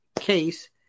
case